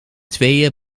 tweeën